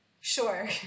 Sure